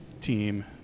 team